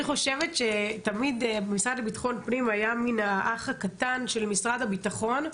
אני חושבת שתמיד המשרד לבטחון פנים היה מין האח הקטן של משרד הבטחון,